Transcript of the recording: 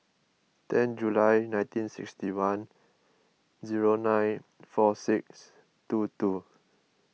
ten July nineteen sixty one zero nine four six two two